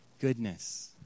goodness